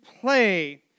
play